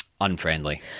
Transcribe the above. unfriendly